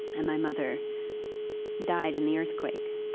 and my mother died in the earthquake.